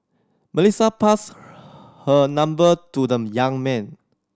Melissa passed her number to the young man